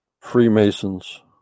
Freemasons